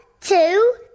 two